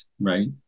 Right